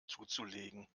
zuzulegen